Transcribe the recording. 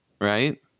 right